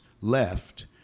left